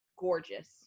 Gorgeous